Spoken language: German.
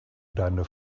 deine